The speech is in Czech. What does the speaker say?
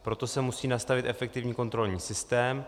Proto se musí nastavit efektivní kontrolní systém.